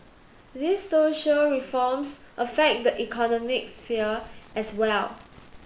these social reforms affect the economic sphere as well